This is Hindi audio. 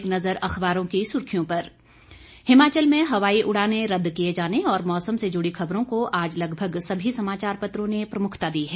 एक नज़र अखबारों की सुर्खियों पर हिमाचल में हवाई उड़ानें रदद किए जाने और मौसम से जुड़ी खबरों को आज लगभग सभी समाचार पत्रों ने प्रमुखता दी है